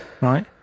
right